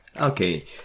Okay